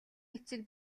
эцэг